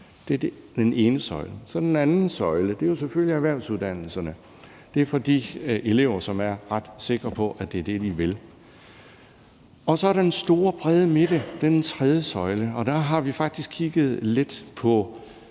Det er den ene søjle. Den anden søjle er selvfølgelig erhvervsuddannelserne. Det er for de elever, som er ret sikre på, at det er det, de vil. Så er der den store brede midte. Det er den tredje søjle. Der har vi faktisk kigget lidt på